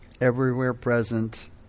everywhere-present